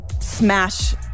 smash